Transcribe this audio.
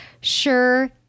sure